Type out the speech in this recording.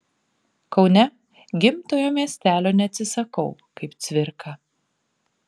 kaune gimtojo miestelio neatsisakau kaip cvirka